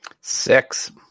Six